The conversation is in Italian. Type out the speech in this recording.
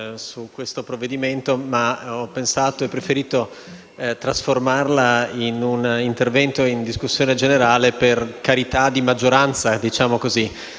Grazie